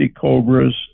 Cobras